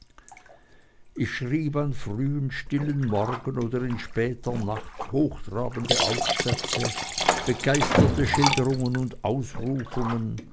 ich schrieb am frühen stillen morgen oder in später nacht hochtrabende aufsätze begeisterte schilderungen und ausrufungen